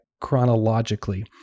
chronologically